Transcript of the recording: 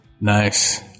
Nice